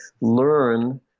learn